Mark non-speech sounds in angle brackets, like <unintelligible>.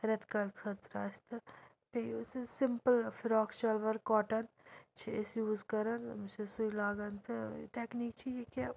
ریٚتہٕ کالہِ خٲطرٕ آسہِ تہٕ بیٚیہِ <unintelligible> سِمپٕل فِراک شَلوار کاٹَن چھِ أسۍ یوٗز کَران بہٕ چھَس سُے لاگَان تہٕ ٹیٚکنیٖک چھِ یہِ کہِ